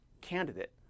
candidate